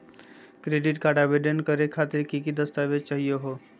Credit card आवेदन करे खातिर की की दस्तावेज चाहीयो हो?